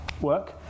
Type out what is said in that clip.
work